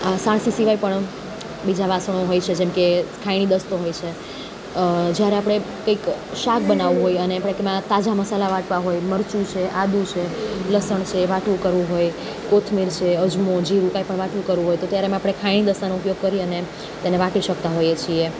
આ સાણસી સિવાય પણ બીજા વાસણો હોય છે જેમ કે ખાયણી દસ્તો હોય છે કે જ્યારે આપણે કંઈક શાક બનાવવું હોય અને એમાં મારે તાજા મસાલા વાટવા હોય કે મરચું છે આદુ છે લસણ છે વાટવું કરવું હોય કોથમીર છે અજમો જીરું કાંઈ પણ વાટવું કરવું હોય તો ત્યારે એમાં ખાયણી દસ્તાનો ઉપયોગ કરી અને તેને વાટી શકતા હોઈએ છીએ